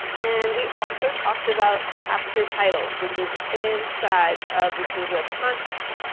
and we also talked about chapter titles, which is inside of the table of contents.